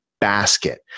Basket